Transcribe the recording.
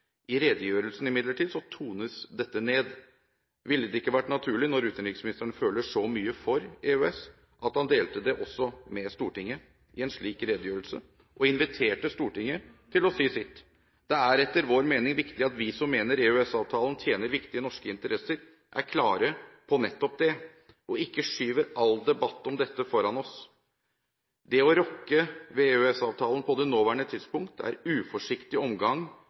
I redegjørelsen, imidlertid, tones dette ned. Ville det ikke vært naturlig, når utenriksministeren føler så mye for EØS, at han delte det også med Stortinget i en slik redegjørelse, og inviterte Stortinget til å si sitt? Det er etter vår mening viktig at vi som mener EØS-avtalen tjener viktige norske interesser, er klare på nettopp det og ikke skyver all debatt om dette foran oss. Det å rokke ved EØS-avtalen på det nåværende tidspunkt er uforsiktig omgang